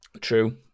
true